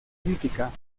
crítica